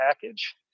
package